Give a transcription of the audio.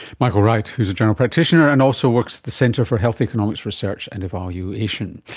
michael wright who is a general practitioner and also works at the centre for health economics research and evaluation.